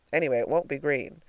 anyway, it won't be green.